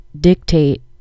dictate